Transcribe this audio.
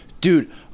dude